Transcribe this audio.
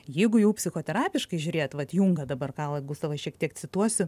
jeigu jau psichoterapiškai žiūrėti vat jungą dabar karlą gustavą šiek tiek cituosiu